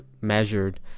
measured